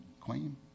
claim